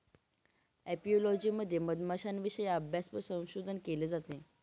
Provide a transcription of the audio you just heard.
apiology मध्ये मधमाश्यांविषयी अभ्यास व संशोधन केले जाते